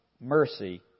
Mercy